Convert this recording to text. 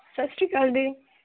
ਸਤਿ ਸ੍ਰੀ ਅਕਾਲ ਦੀ